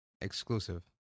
exclusive